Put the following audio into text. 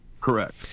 Correct